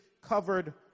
covered